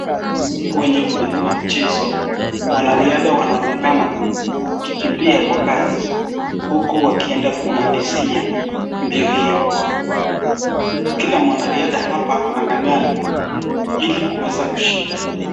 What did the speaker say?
Kwenye ukumbi wa mchezo, wanariadha wanaonekana wakikimbia kwa kasi huku wakienda kumalizia mbio hiyo. Kila mwanariadha hapa anang'ang'ana ili kuweza kushinda.